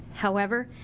however,